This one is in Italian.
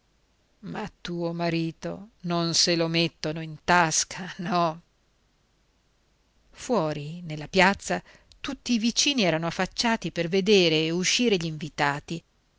ma tuo marito non se lo mettono in tasca no fuori nella piazza tutti i vicini erano affacciati per vedere uscire gli invitati